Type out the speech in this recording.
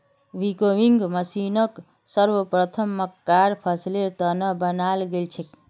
winnowing मशीनक सर्वप्रथम मक्कार फसलेर त न बनाल गेल छेक